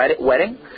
wedding